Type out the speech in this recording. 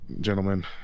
gentlemen